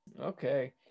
okay